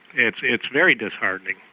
it's it's very disheartening.